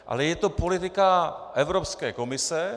Ale je to politika Evropské komise.